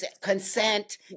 consent